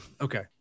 Okay